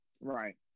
Right